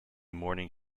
morning